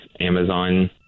Amazon